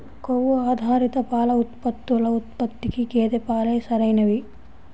కొవ్వు ఆధారిత పాల ఉత్పత్తుల ఉత్పత్తికి గేదె పాలే సరైనవి